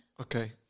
Okay